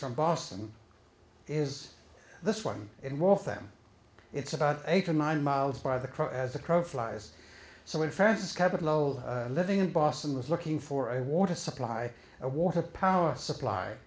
from boston is this one in waltham it's about eight or nine miles by the cross as the crow flies so when francis capital old living in boston was looking for a water supply a water power supply